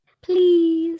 Please